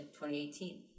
2018